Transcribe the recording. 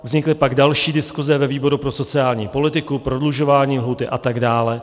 Vznikly pak další diskuse ve výboru pro sociální politiku, prodlužování lhůty a tak dále.